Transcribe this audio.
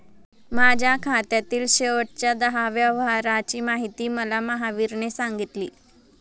माझ्या खात्यातील शेवटच्या दहा व्यवहारांची माहिती मला महावीरने सांगितली